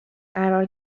قرار